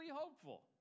hopeful